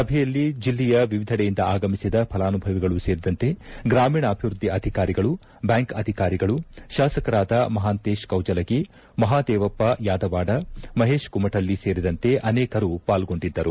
ಸಭೆಯಲ್ಲಿ ಜಿಲ್ಲೆಯ ವಿವಿಧೆಡೆಯಿಂದ ಆಗಮಿಸಿದ ಫಲಾನುಭವಿಗಳು ಸೇರಿದಂತೆ ಗ್ರಾಮೀಣಾಭಿವೃದ್ದಿ ಅಧಿಕಾರಿಗಳು ಬ್ಯಾಂಕ್ ಅಧಿಕಾರಿಗಳು ಶಾಸಕರಾದ ಮಹಾಂತೇಶ ಕೌಜಲಗಿ ಮಹಾದೇವಪ್ಪ ಯಾದವಾದ ಮಹೇಶ ಕುಮಟಳ್ಳಿ ಸೇರಿದಂತೆ ಅನೇಕರು ಪಾಲ್ಗೊಂಡಿದ್ದರು